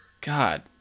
God